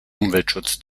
umweltschutz